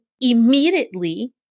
immediately